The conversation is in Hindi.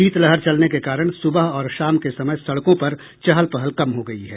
शीतलहर चलने के कारण सुबह और शाम के समय सड़कों पर चहल पहल कम हो गयी है